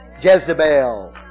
Jezebel